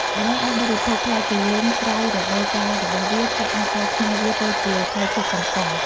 ដើម្បីអាចបរិភោគផ្លែគូលែនក្រៅរដូវកាលរបស់វា គេអាចកែច្នៃវាទៅជា ផ្លែឈើកំប៉ុង។